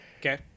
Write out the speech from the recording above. okay